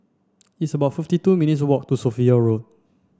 it's about fifty two minutes walk to Sophia Road